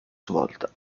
svolta